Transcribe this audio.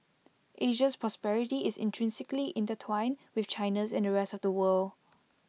Asia's prosperity is intrinsically intertwined with China's and the rest of the world